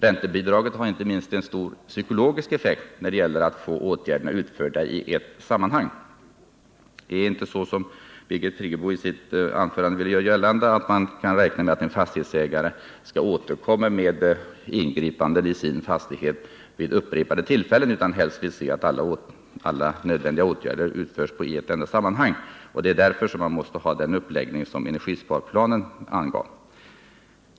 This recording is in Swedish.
Räntebidraget har inte minst en stor psykologisk effekt när det gäller att få åtgärder utförda i ett sammanhang. Det är inte så — som Birgit Friggebo i sitt anförande ville göra gällande —-att man kan räkna med att en fastighetsägare skall återkomma med ingripanden i sin fastighet vid upprepade tillfällen, utan han vill helst se att alla nödvändiga åtgärder utförs i ett enda sammanhang. Det är därför man måste ha den uppläggning som energisparplanen angav.